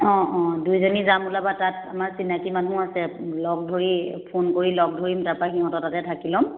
অঁ অঁ দুইজনী যাম ওলাবা তাত আমাৰ চিনাকী মানুহ আছে লগ ধৰি ফোন কৰি লগ ধৰিম তাৰ পৰা সিহঁতৰ তাতে থাকি ল'ম